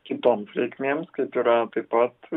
kitoms reikmėms kaip yra taip pat